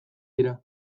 dira